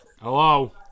Hello